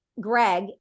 Greg